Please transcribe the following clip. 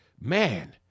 man